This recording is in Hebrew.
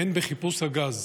הן בחיפוש הגז